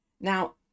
Now